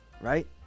Right